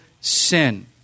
sin